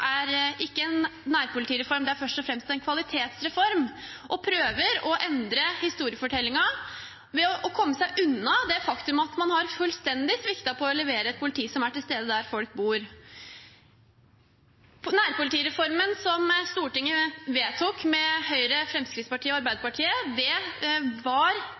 er ikke en nærpolitireform; den «er først og fremst en kvalitetsreform». Han prøver å endre historiefortellingen ved å komme seg unna det faktum at man fullstendig har sviktet når det gjelder å levere et politi som er til stede der folk bor. Nærpolitireformen som Stortinget vedtok med Høyre, Fremskrittspartiet og Arbeiderpartiet, var